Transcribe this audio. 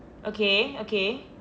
okay okay